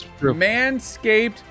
manscaped